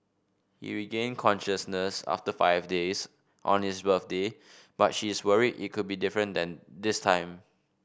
he regained consciousness after five days on his birthday but she is worried it could be different then this time